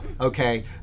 okay